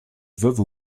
veuve